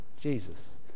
Jesus